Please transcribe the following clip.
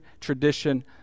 tradition